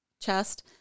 chest